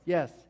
Yes